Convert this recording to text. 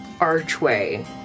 archway